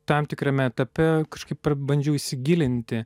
tam tikrame etape kažkaip pra bandžiau įsigilinti